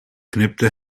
knipte